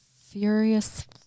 Furious